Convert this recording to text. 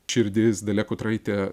širdis dalia kutraitė